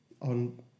on